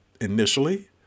initially